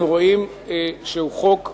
אנחנו רואים שהוא חוק רע,